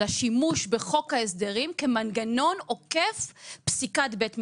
אלא שימוש בחוק ההסדרים כמנגנון עוקף פסיקת בית משפט.